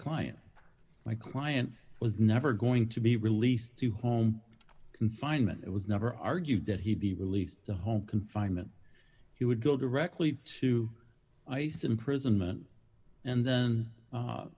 client my client was never going to be released to home confinement it was never argued that he'd be released to home confinement he would go directly to ice imprisonment and then